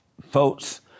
folks